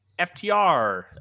FTR